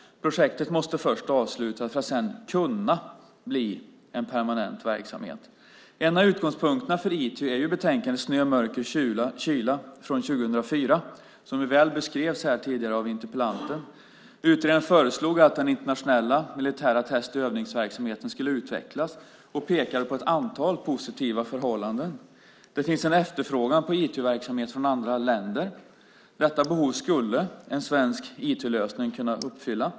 Projektet måste först avslutas för att sedan kunna bli en permanent verksamhet. En av utgångspunkterna för ITÖ är betänkandet Snö, mörker och kyla från 2004, som väl beskrevs här tidigare av interpellanten. Utredningen föreslog att den internationella militära test och övningsverksamheten skulle utvecklas och pekade på ett antal positiva förhållanden. Det finns en efterfrågan om ITÖ-verksamhet från andra länder. Detta behov skulle en svensk ITÖ-lösning kunna uppfylla.